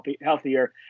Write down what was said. healthier